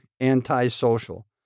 antisocial